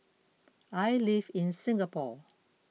I live in Singapore